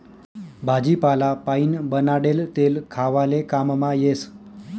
भाजीपाला पाइन बनाडेल तेल खावाले काममा येस